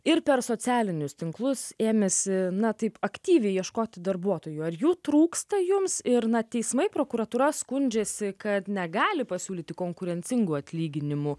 ir per socialinius tinklus ėmėsi na taip aktyviai ieškoti darbuotojų ar jų trūksta jums ir na teismai prokuratūra skundžiasi kad negali pasiūlyti konkurencingų atlyginimų